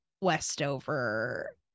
Westover